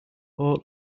all